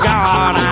God